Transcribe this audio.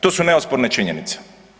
To su neosporne činjenice.